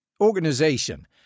organization